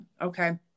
Okay